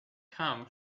come